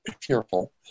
fearful